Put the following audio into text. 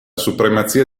supremazia